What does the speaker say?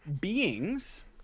beings